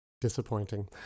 Disappointing